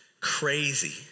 Crazy